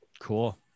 Cool